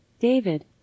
David